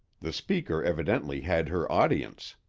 the speaker evidently had her audience.